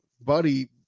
buddy